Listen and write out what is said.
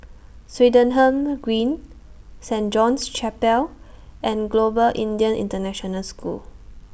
Swettenham Green Saint John's Chapel and Global Indian International School